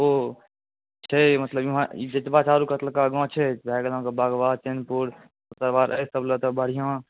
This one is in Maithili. ओ छै मतलब एमहर अगुलका गाँव छै भए गेल अहाँकेँ बगवा चैनपुर तेकर बाद एहिसब ले तऽ बढ़िआँ